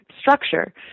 structure